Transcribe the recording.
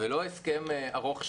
ולא הסכם ארוך שנים.